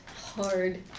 Hard